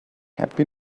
happy